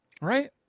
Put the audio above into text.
right